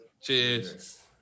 Cheers